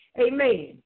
amen